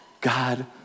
God